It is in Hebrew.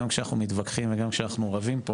גם כשאנחנו מתווכחים וגם כשאנחנו רבים פה